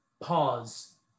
pause